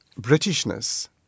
Britishness